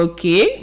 Okay